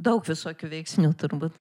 daug visokių veiksnių turbūt